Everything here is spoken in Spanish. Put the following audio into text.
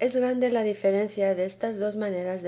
es grande la diferencia destas dos maneras de